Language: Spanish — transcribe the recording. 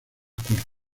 cuerpo